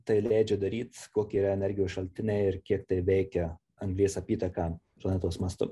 tai leidžia daryt kokie yra energijos šaltiniai ir kiek tai veikia anglies apytaką planetos mastu